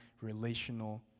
relational